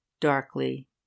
Darkly